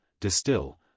distill